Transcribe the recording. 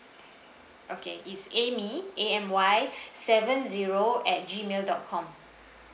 okay it's amy A M Y seven zero at G mail dot com